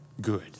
good